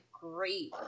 great